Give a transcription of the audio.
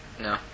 No